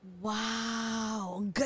Wow